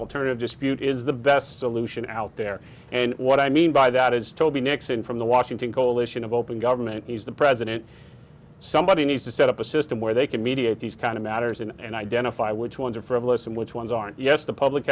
alternative just cute is the best solution out there and what i mean by that is toby nixon from the washington coalition of open government he's the president somebody needs to set up a system where they can mediate these kind of matters and identify which ones are frivolous and which ones aren't yes the public